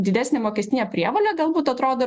didesnė mokestinė prievolė galbūt atrodo